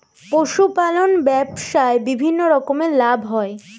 পশুপালন ব্যবসায় বিভিন্ন রকমের লাভ হয়